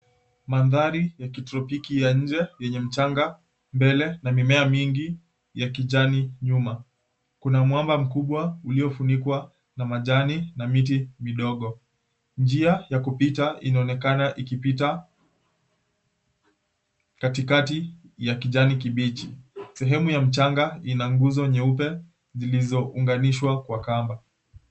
Mandhari ya kitropiki ya nje yenye mchanga mbele na mimea mingi ya kijani nyuma. Kuna mwamba mkubwa uliofunikwa na majani na miti midogo. Njia ya kupita inaonekana ikipita katikati ya kijani kibichi. Sehemu ya mchanga ina nguzo nyeupe zilizounganishwa kwa kamba.